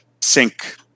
sync